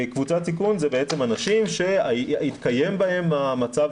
קבוצת סיכון זה אנשים שהתקיים בהם המצב